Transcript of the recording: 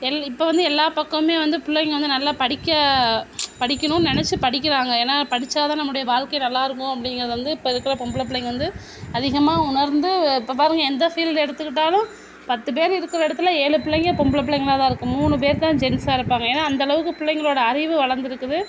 L இப்போ வந்து எல்லா பக்கமே வந்து பிள்ளைங்கள் வந்து நல்லா படிக்க படிக்கணுன்னு நினைச்சி படிக்கிறாங்க ஏன்னால் படித்தா தான் நம்மளுடைய வாழ்க்கை நல்லாயிருக்கும் அப்படிங்கிறத வந்து இப்போ இருக்கிற பொம்பளை பிள்ளைங்கள் வந்து அதிகமாக உணர்ந்து இப்போ பாருங்க எந்த ஃபீல்டு எடுத்துகிட்டாலும் பத்து பேர் இருக்கிற இடத்துல ஏழு பிள்ளைங்கள் பொம்பளை பிள்ளைங்களாக தான் இருக்கும் மூணு பேர் தான் ஜென்ஸாக இருப்பாங்க ஏன்னால் அந்த அளவுக்கு பிள்ளைங்களோட அறிவு வளர்ந்திருக்குது